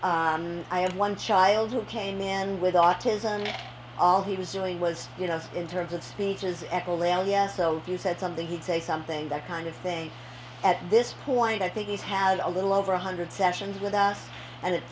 i have one child who came in with autism and all he was doing was you know in terms of speeches so if you said something he'd say something that kind of thing at this point i think he's had a little over a hundred sessions with us and at